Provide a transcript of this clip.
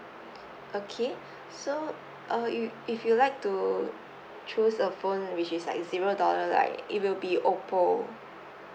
okay so uh you if you like to choose a phone which is like zero dollar like it will be oppo